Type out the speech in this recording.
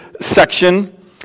section